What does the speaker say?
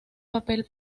papel